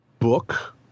Book